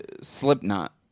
Slipknot